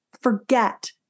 forget